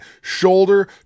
shoulder